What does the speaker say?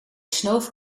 snoof